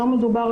לא מדובר